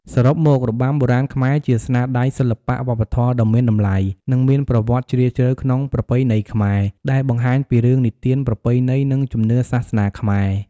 សរុបមករបាំបុរាណខ្មែរ ជាស្នាដៃសិល្បៈវប្បធម៌ដ៏មានតម្លៃ និងមានប្រវត្តិជ្រាលជ្រៅក្នុងប្រពៃណីខ្មែរ ដែលបង្ហាញពីរឿងនិទាន ប្រពៃណី និងជំនឿសាសនាខ្មែរ។